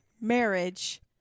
marriage